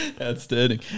Outstanding